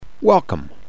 Welcome